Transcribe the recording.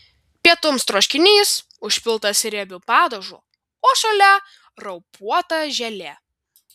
pietums troškinys užpiltas riebiu padažu o šalia raupuota želė